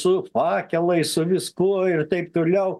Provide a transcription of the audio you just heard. su fakelais su viskuo ir taip toliau